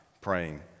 praying